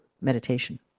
meditation